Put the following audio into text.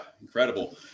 Incredible